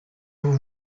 vous